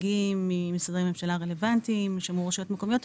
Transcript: נציגים ממשרדי ממשלה רלוונטיים ומרשויות מקומיות,